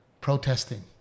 protesting